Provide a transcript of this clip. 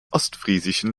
ostfriesischen